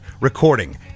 recording